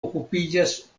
okupiĝas